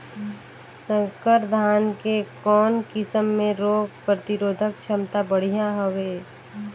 संकर धान के कौन किसम मे रोग प्रतिरोधक क्षमता बढ़िया हवे?